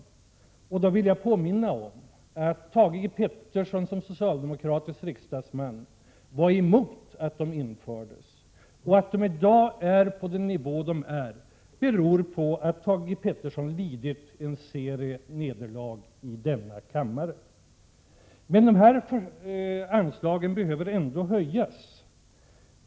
I detta sammanhang vill jag påminna om att Thage G Peterson som socialdemokratisk riksdagsman var emot införandet av länsanslagen. Att de i dag har den nivå som de faktiskt har beror på att Thage G Peterson lidit en serie nederlag i denna kammare. Men dessa anslag behöver ändå höjas.